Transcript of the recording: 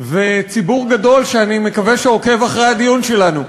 וציבור גדול שאני מקווה שעוקב אחר הדיון שלנו,